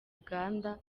uganda